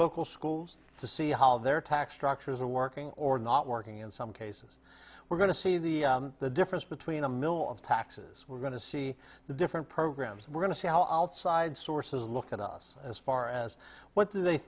local schools to see how their tax structures are working or not working in some cases we're going to see the the difference between a mill of taxes we're going to see the different programs we're going to see how outside sources look at us as far as what do they